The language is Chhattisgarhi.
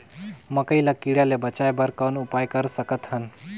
मकई ल कीड़ा ले बचाय बर कौन उपाय कर सकत हन?